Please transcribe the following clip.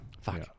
Fuck